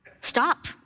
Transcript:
Stop